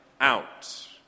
out